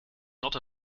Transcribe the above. not